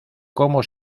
como